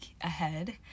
ahead